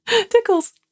Tickles